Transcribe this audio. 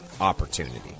opportunity